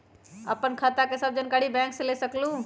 आपन खाता के सब जानकारी बैंक से ले सकेलु?